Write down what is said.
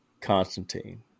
constantine